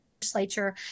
legislature